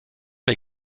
les